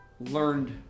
learned